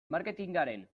marketingaren